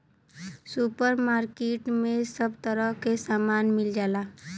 super market में सब तरह के सामान मिल जाला